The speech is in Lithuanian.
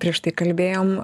prieš tai kalbėjom